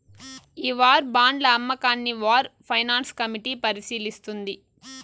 ఈ వార్ బాండ్ల అమ్మకాన్ని వార్ ఫైనాన్స్ కమిటీ పరిశీలిస్తుంది